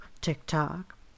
TikTok